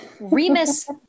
Remus